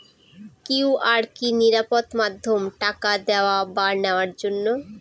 QR কি নিরাপদ মাধ্যম টাকা দেওয়া বা নেওয়ার জন্য?